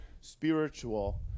spiritual